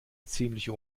ziemliche